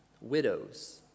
widows